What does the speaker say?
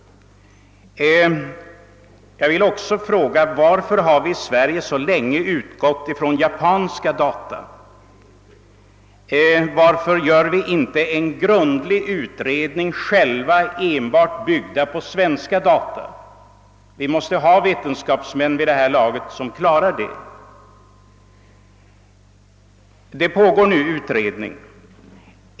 Jag vill också fråga: Varför har vi i Sverige så länge utgått från japanska data? Varför gör vi inte själva en grundlig utredning, byggd enbart på svenska data? Vi måste vid det här laget ha vetenskapsmän som klarar den saken. Det pågår nu utredning.